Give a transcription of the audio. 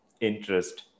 interest